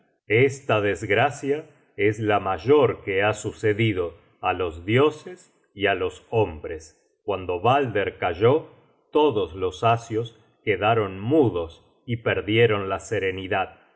esta desgracia es la mayor que ha sucedido á los dioses y á los hombres cuando balder cayó todos los asios quedaron mudos y perdieron la serenidad